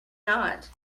not